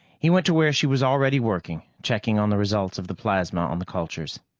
he went to where she was already working, checking on the results of the plasma on the cultures.